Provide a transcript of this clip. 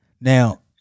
Now